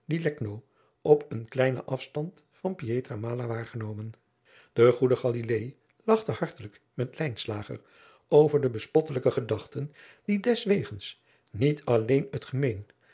op een kleinen afstand van pietra mala waargenomen de goede galilaei lachte hartelijk met lijnslager over de bespottelijke gedachten die deswegens niet alleen het gemeen